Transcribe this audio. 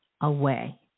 away